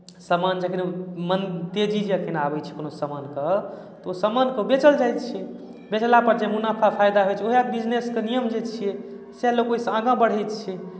सामान जखन मन् तेजी जखन आबैत छै ओ सामानके तऽ ओ सामानकेँ बेचल जाइत छै बेचलापर जे मुनाफा फायदा होइत छै उएह बिजनेसके नियम जे छियै से लोक ओहिसँ आगाँ बढ़ैत छै